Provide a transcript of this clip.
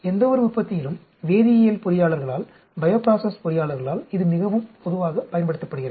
எந்தவொரு உற்பத்தியிலும் வேதியியல் பொறியாளர்களால் பயோபிராசஸ் பொறியாளர்களால் இது மிகவும் பொதுவாகப் பயன்படுத்தப்படுகிறது